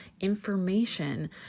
information